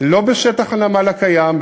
לא בשטח הנמל הקיים,